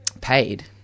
paid